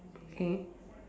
okay